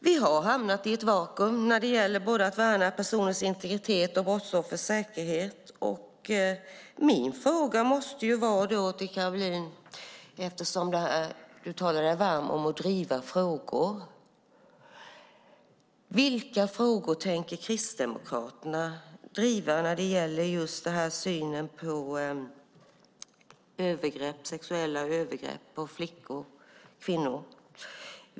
Vi har hamnat i ett vakuum när det gäller att värna personers integritet och brottsoffers säkerhet. Min fråga till Caroline, eftersom hon talar sig varm för att driva frågor, måste därför vara: Vilka frågor tänker Kristdemokraterna driva när det gäller just synen på sexuella övergrepp på flickor och kvinnor?